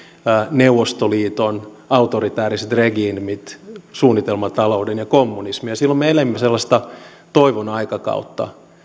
neuvostoliiton autoritääriset regiimit suunnitelmatalouden ja kommunismin silloin me elimme sellaista toivon aikakautta